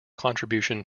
contribution